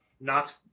knocks